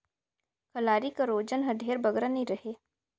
कलारी कर ओजन हर ढेर बगरा नी रहें